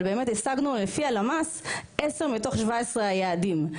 אבל באמת השגנו לפי הלמ"ס עשרה מתוך 17 היעדים.